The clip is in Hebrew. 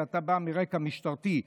אתה בא מרקע משטרתי,